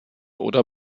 oder